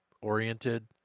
oriented